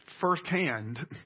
firsthand